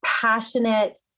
passionate